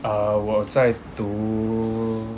uh 我在读